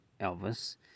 Elvis